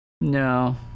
No